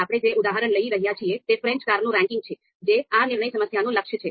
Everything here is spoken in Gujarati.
આપણે જે ઉદાહરણ લઈ રહ્યા છીએ તે ફ્રેન્ચ કારનું રેન્કિંગ છે જે આ નિર્ણય સમસ્યાનું લક્ષ્ય છે